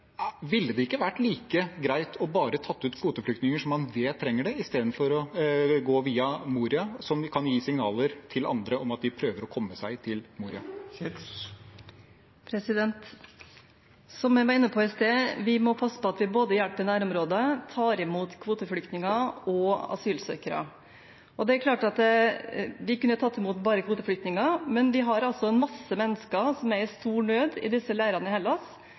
Ville det ikke vært like greit å bare ta ut kvoteflyktninger som man vet trenger det, i stedet for å gå via Moria, som kan gi signaler til andre om at de prøver å komme seg til Moria? Som jeg var inne på i sted, må vi passe på at vi både gir hjelp i nærområdet og tar imot kvoteflyktninger og asylsøkere. Det er klart at vi kunne bare tatt imot kvoteflyktninger, men vi har en masse mennesker som er i stor nød i disse leirene i Hellas,